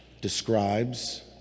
describes